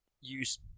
use